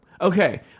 Okay